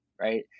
right